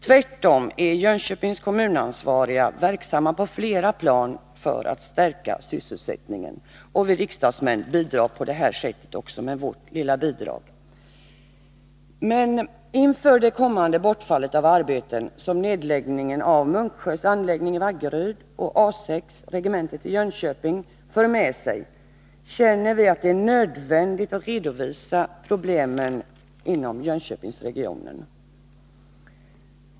Tvärtom är Jönköpings kommunansvariga verksamma på flera plan för att stärka sysselsättningen, och vi riksdagsmän lämnar på det här sättet vårt lilla bidrag. Men inför det bortfall av arbetstillfällen som nedläggningen av Munksjös anläggning i Vaggeryd och nedläggningen av regementet A 6i Jönköping för med sig känner vi att det är nödvändigt att redovisa problemen inom Jönköpingsregionen.